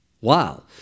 Wow